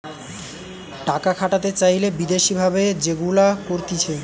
টাকা খাটাতে চাইলে বিদেশি ভাবে যেগুলা করতিছে